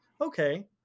okay